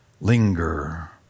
linger